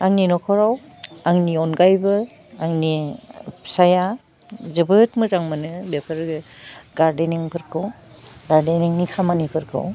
आंनि न'खराव आंनि अनगायैबो आंनि फिसाइया जोबोद मोजां मोनो बेफोरो गार्डेनिंफोरखौ गार्डेनिंनि खामानिफोरखौ